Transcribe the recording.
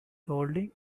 holding